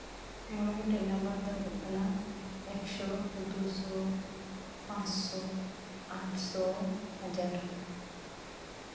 ᱢᱚᱬᱮ ᱜᱚᱴᱮᱱ ᱱᱟᱢᱵᱟᱨ ᱫᱚ ᱦᱩᱭᱩᱜ ᱠᱟᱱᱟ ᱮᱠᱥᱚ ᱫᱩ ᱥᱚ ᱯᱟᱸᱪ ᱥᱚ ᱟᱴᱥᱚ ᱦᱟᱡᱟᱨ